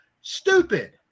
stupid